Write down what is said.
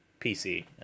PC